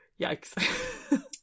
yikes